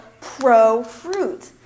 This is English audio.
pro-fruit